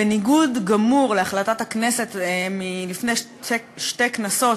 בניגוד גמור להחלטת הכנסת מלפני שתי כנסות,